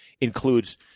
includes